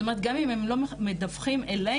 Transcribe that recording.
זאת אומרת גם אם הם לא מדווחים אלינו,